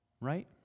right